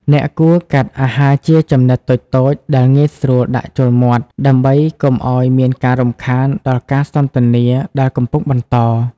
អ្នកគួរកាត់អាហារជាចំណិតតូចៗដែលងាយស្រួលដាក់ចូលមាត់ ដើម្បីកុំឱ្យមានការរំខានដល់ការសន្ទនាដែលកំពុងបន្ត។